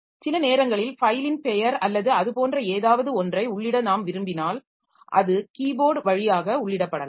சில நேரங்களில் ஃபைலின் பெயர் அல்லது அது போன்ற ஏதாவது ஒன்றை உள்ளிட நாம் விரும்பினால் அது கீபோர்ட் வழியாக உள்ளிடப்படலாம்